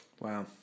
Wow